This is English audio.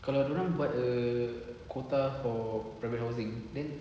kalau dorang buat a quota for private housing then